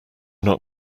not